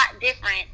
different